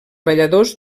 balladors